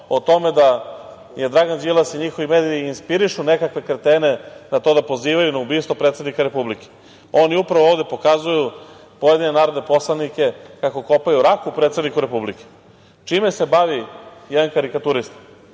o tome da je Dragan Đilas i njihovi mediji inspirišu nekakve kretene, na to da pozivaju na ubistvo predsednika Republike. Oni upravo ovde pokazuju pojedine narodne poslanike kako kopaju raku predsedniku Republike. Čime se bavi jedan karikaturista?